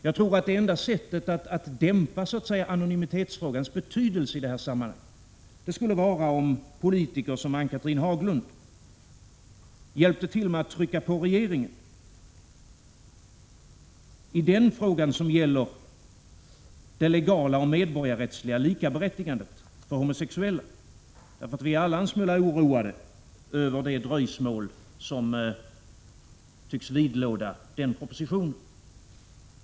Jag tror att enda sättet att dämpa anonymitetsfrågans betydelse i det här sammanhanget skulle vara om politiker som Ann-Cathrine Haglund hjälpte till med att trycka på regeringen i den fråga som gäller det legala och medborgerliga likaberättigandet för homosexuella; Vi är alla en smula oroade över det dröjsmål som tycks vidlåda den propositionen.